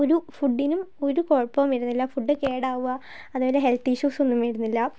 ഒരു ഫുഡിനും ഒരു കുഴപ്പവും വരുന്നില്ല ഫുഡ് കേടാവുക അതേപോലെ ഹെൽത്ത് ഇഷ്യുസൊന്നും വരുന്നില്ല